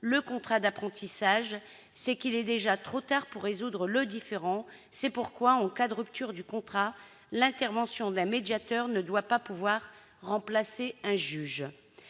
le contrat d'apprentissage, c'est qu'il est déjà trop tard pour résoudre le différend. C'est pourquoi, en cas de rupture du contrat, l'intervention d'un médiateur ne doit pas pouvoir remplacer celle